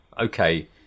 okay